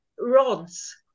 rods